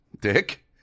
Dick